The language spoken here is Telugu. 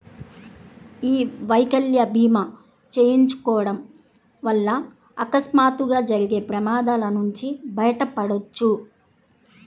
యీ వైకల్య భీమా చేయించుకోడం వల్ల అకస్మాత్తుగా జరిగే ప్రమాదాల నుంచి బయటపడొచ్చు